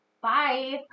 Bye